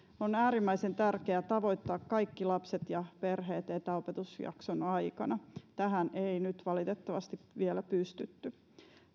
on äärimmäisen tärkeää tavoittaa kaikki lapset ja perheet etäopetusjakson aikana tähän ei nyt valitettavasti vielä pystytty